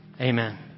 Amen